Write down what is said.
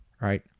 right